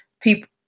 people